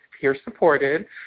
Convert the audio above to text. peer-supported